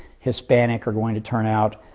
hispanic are going to turn out.